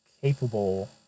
capable